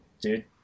dude